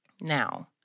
Now